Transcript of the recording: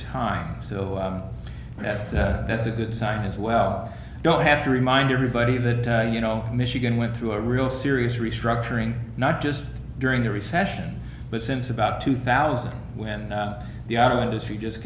time so that's that's a good sign as well don't have to remind everybody that you know michigan went through a real serious restructuring not just during the recession but since about two thousand when the auto industry just